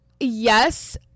Yes